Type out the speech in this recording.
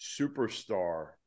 superstar